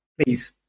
Please